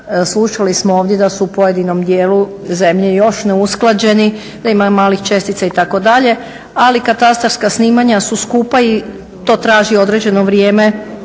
Slušali smo ovdje da su u pojedinom djelu zemlje još neusklađeni, da imaju malih čestica itd., ali katastarska snimanja su skupa i to traži određeno vrijeme,